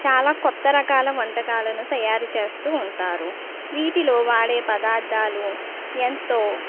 చాలా కొత్త రకాల వంటకాలను తయారు చేస్తూ ఉంటారు వీటిలో వాడే పదార్థాలు ఎంతో